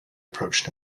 approached